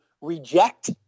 reject